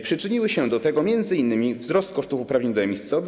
Przyczyniły się do tego m.in. wzrost kosztów uprawnień do emisji CO2.